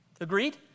Agreed